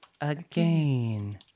Again